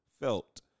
Felt